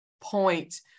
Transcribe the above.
point